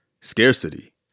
scarcity